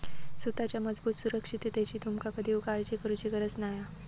सुताच्या मजबूत सुरक्षिततेची तुमका कधीव काळजी करुची गरज नाय हा